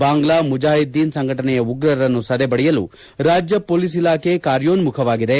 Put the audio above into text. ಬಾಂಗ್ಲಾ ಮುಜಾಯಿದ್ದೀನ್ ಸಂಘಟನೆಯ ಉಗ್ರರನ್ನು ಸದೆಬಡಿಯಲು ರಾಜ್ಯ ಪೊಲೀನ್ ಇಲಾಖೆ ಕಾರ್ಯೋನ್ಮುಖವಾಗಿದೆ